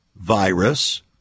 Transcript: virus